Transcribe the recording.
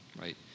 right